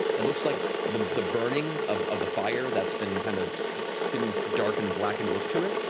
it looks like the the burning of of the fire that's been kind of given this dark and blackened look to it,